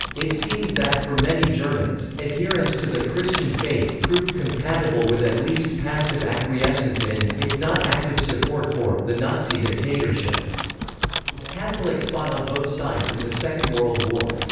it seems that, for many germans, adherence to the christian faith proved compatible with at least passive acquiescence in, if not active support for, the nazi dictatorship catholics fought on both sides in the second world war.